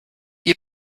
ihr